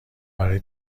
برای